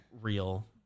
real